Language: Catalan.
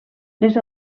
les